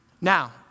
Now